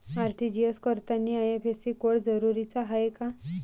RTGS करतांनी IFSC code जरुरीचा हाय का?